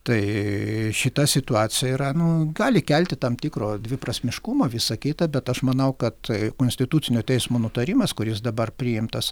taaai šita situacija yra nu gali kelti tam tikro dviprasmiškumo visa kita bet aš manau kad tai konstitucinio teismo nutarimas kuris dabar priimtas